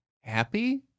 happy